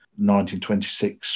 1926